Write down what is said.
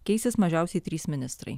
keisis mažiausiai trys ministrai